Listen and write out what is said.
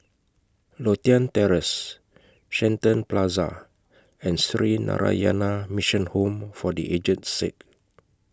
Lothian Terrace Shenton Plaza and Sree Narayana Mission Home For The Aged Sick